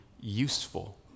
useful